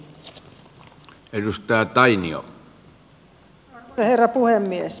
arvoisa herra puhemies